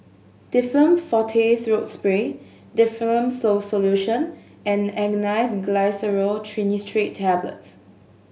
Difflam Forte Throat Spray Difflam So Solution and Glyceryl Trinitrate Tablets